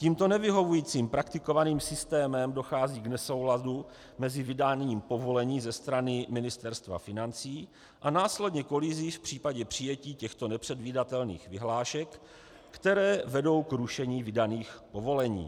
Tímto nevyhovujícím praktikovaným systémem dochází k nesouladu mezi vydáním povolení ze strany Ministerstva financí a následně kolizí v případě přijetí těchto nepředvidatelných vyhlášek, které vedou k rušení vydaných povolení.